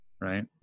right